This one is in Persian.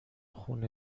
خون